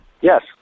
Yes